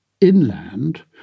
Inland